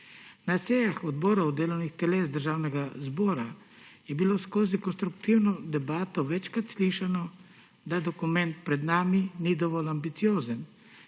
Na sejah odborov delovnih teles Državnega zbora je bilo skozi konstruktivno debato večkrat slišano, da dokument pred nami ni dovolj ambiciozen,